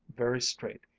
very straight,